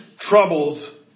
troubles